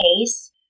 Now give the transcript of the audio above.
case